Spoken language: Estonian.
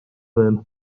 veel